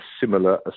similar